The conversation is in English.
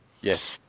Yes